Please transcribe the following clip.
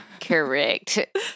Correct